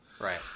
right